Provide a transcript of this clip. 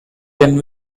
ten